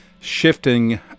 shifting